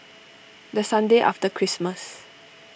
the Sunday after Christmas